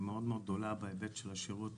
מאוד מאוד גדולה בהיבט של השירות.